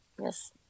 yes